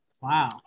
Wow